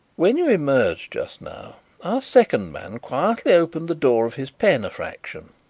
when you emerged just now our second man quietly opened the door of his pen a fraction.